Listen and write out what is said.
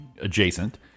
adjacent